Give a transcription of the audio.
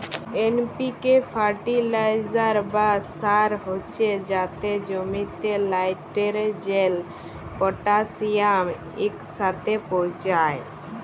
NPK fertiliser বা সার হছে যাতে জমিতে লাইটেরজেল, পটাশিয়াম ইকসাথে পৌঁছায়